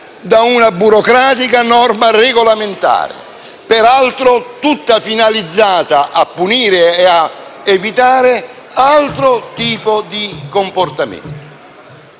da una burocratica norma regolamentare, peraltro tutta finalizzata a punire ed evitare altro tipo di comportamenti?